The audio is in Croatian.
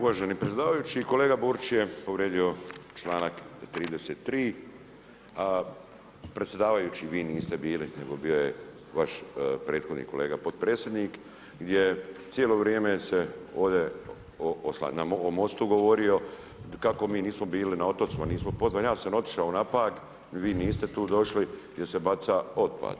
Uvaženi predsjedavajući, kolega Borić je povrijedio članak 33. a predsjedavajući vi niste bili nego bio je vaš prethodni kolega potpredsjednik gdje cijelo vrijeme se ovdje oslanjao o MOST-u govorio, kako mi nismo bili na otocima, nismo upoznati, ja sam otišao na Pag i vi ni ste tu došli gdje se baca otpad.